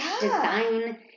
design